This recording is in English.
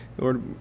Lord